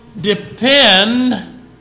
depend